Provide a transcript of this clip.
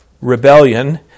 rebellion